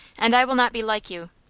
and i will not be like you.